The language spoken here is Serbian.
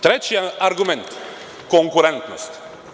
Treći argument - konkurentnost.